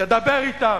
תדבר אתם.